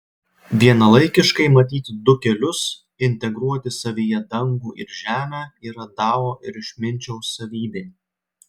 vienalaikiškai matyti du kelius integruoti savyje dangų ir žemę yra dao ir išminčiaus savybė